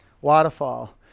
waterfall